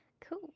Cool